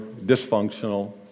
dysfunctional